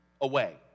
away